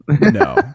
no